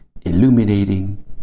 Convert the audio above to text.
illuminating